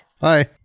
hi